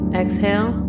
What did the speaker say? exhale